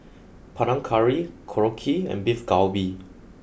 Panang curry Korokke and beef Galbi